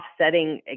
offsetting